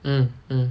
mm mm